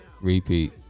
repeat